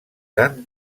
tant